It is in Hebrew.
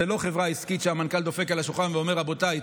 זו לא חברה עסקית שהמנכ"ל דופק על השולחן ואומר: רבותיי,